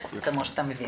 כהכנסה.